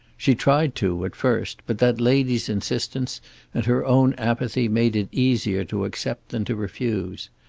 she tried to, at first, but that lady's insistence and her own apathy made it easier to accept than to refuse.